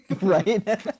right